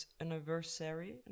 Anniversary